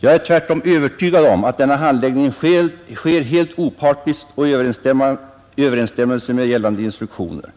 Jag är tvärtom övertygad om att denna handläggning sker helt opartiskt och i överensstämmelse med gällande instruktioner.